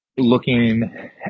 looking